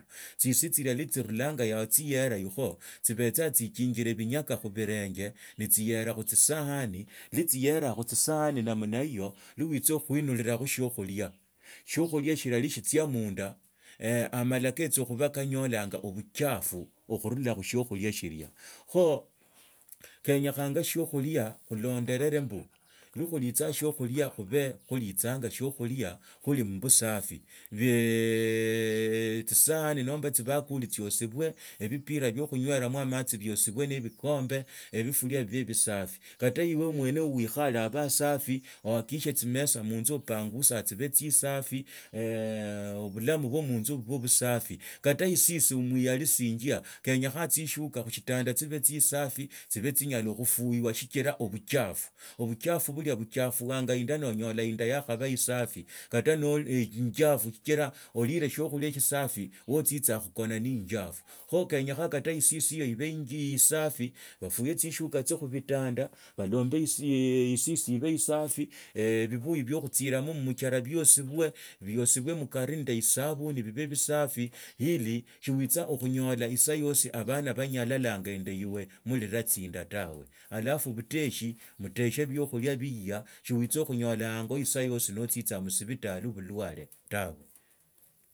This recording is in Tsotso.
Tsisi tsilia iwa tsiruranga yahoo tsiyere ikhwa khutsisahani iwo tsiyera khutsisahani namna hiyo iwo shitsa munda amala ketsa khuba kanyolanga obuchafu okhuruta khu shiokhulia shila kho kanyekhanga shiakhulia oloonderere mbu iwo khulitsaa siokhulia khube khulitsanga siokhulia khuli mubusafi siokhulia khuli mubusafi ne tsisaani nomba tsibakuli tsiosibwe ebipira biokhunywe lamo amatsi biosibwe ne ebikambe ebifulia bibee ebisafi kata ibe mwe e wo oikhale abe asafi ohakikisie tsimesa munzu opangusie tsiba tsisafi obulamu bwi munzu bibe busani kata isisi mwa mwiyalisinja kenyekhaa tsishuka shitanda tsi be tsisafi tsibe tsinyala khufuywa sichira obuchfu obuchafu bulia buchafuanya inda nooyola incha yakhaba isafi kata noli ine injafu sichira olire shiokhulia sisafi waotsitsaa khukona ne injafu kho kenyakhulia kata isisi iyo ibe isafi bafuge tsishuka tsio khubitanda balombe isisi ibe idafi bibuyu bio khutsirama mmuchele biosibwe. Biosibwe mukari nende iabuni bibe bisafi ili siwitsa okhunyola isaa yotsi abana banyalalanga inda iwe norila tsinda tawe halafu buteshi muteshe biokhulia biiya siwitsa khunyola ongo isaa yesi notsitsaa musibitali obula bulwale tawe